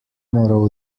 moral